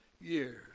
years